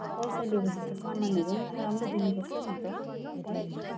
पैसा लिएपछि त सामानहरू पनि राम्रो दिनुपर्छ नि त है